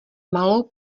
malou